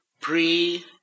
pre